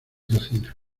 cocina